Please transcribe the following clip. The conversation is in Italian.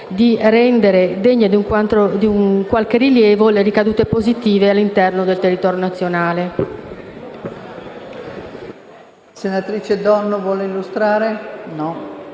di rendere degne di un qualche rilievo le ricadute positive del provvedimento all'interno del territorio nazionale.